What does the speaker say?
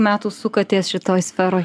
metų sukatės šitoj sferoj